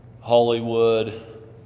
hollywood